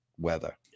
weather